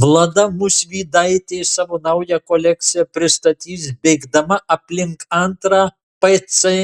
vlada musvydaitė savo naują kolekciją pristatys bėgdama aplink antrą pc